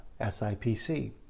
SIPC